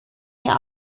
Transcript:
mir